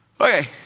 Okay